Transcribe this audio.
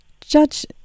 Judge